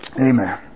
Amen